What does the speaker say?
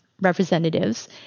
representatives